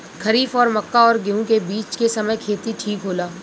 खरीफ और मक्का और गेंहू के बीच के समय खेती ठीक होला?